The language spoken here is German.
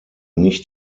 nicht